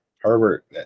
Herbert